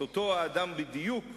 את אותו האדם בדיוק,